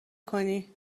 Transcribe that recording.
کنی